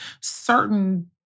certain